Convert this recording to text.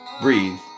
breathe